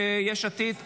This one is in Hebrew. יש עתיד?